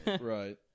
Right